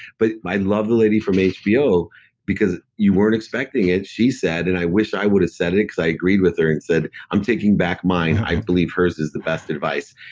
but i loved the lady from hbo because you weren't expecting it. she said, and i wish i would have said it because i agreed with her and said, i'm taking back mine. i believe hers is the best advice.